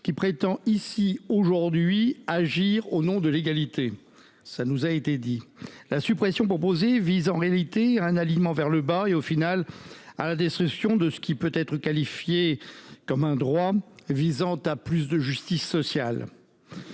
qui prétendent ici, aujourd'hui, agir au nom de l'égalité. Cela nous a été dit. La suppression proposée vise en réalité un alignement vers le bas et, finalement, la destruction de ce qui peut être qualifié de droit visant à une plus grande justice sociale.